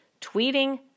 tweeting